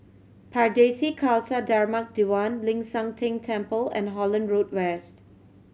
Pardesi Khalsa Dharmak Diwan Ling San Teng Temple and Holland Road West